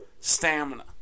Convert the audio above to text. stamina